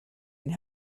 and